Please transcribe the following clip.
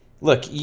look